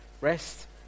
Rest